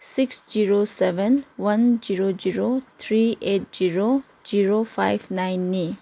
six zero seven one zero zero three eight zero zero five ꯅꯥꯏꯟꯅꯤ